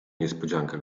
niespodzianka